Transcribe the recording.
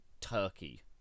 turkey